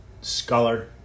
scholar